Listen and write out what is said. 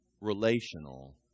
relational